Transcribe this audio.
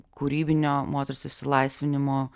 kūrybinio moters išsilaisvinimo